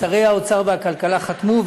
שרי האוצר והכלכלה חתמו,